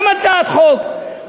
גם הצעת חוק.